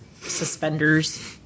Suspenders